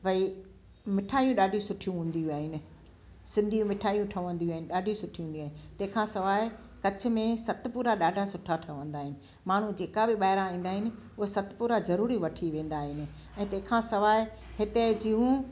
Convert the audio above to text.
भई मिठायूं ॾाढी सुठी हूंदियूं आहिनि सिंधी मिठायूं ठहंदियूं आहिनि ॾाढी सुठी हूंदियूं आहिनि तंहिं खां सवाइ कच्छ में सतपुड़ा ॾाढा सुठा ठहंदा आहिनि माण्हू जे का बि ॿाहिरां ईंदा आहिनि उहे सतपुड़ा ज़रूरी वठी वेंदा आहिनि ऐं तंहिं खां सवाइ हिते जूं